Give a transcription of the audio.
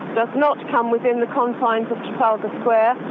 does not come within the confines of trafalgar square,